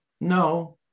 no